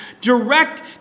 direct